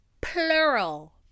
Plural